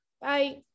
Bye